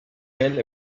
tell